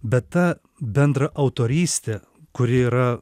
bet ta bendra autorystė kuri yra